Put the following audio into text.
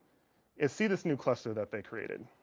is see this new cluster that they created